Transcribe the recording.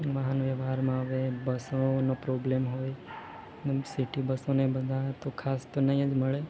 વાહનવ્યવહારમાં એ બસોનો પ્રોબ્લેમ હોય એમ સિટી બસોને બધા તો ખાસ તો નહીં જ મળે